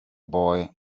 boy